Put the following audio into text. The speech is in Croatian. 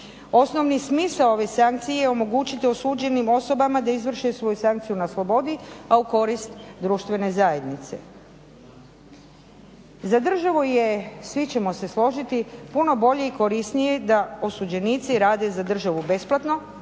Osnovni smisao ove sankcije je omogućiti osuđenim osobama da izvrše svoju sankciju na slobodi a u korist društvene zajednice. Za državu je, svi ćemo se složiti, puno bolje i korisnije da osuđenici rade za državu besplatno